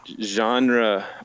genre